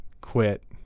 quit